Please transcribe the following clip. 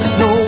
no